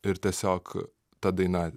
ir tiesiog ta daina